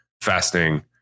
fasting